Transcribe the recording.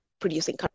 producing